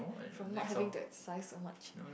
from not having to exercise so much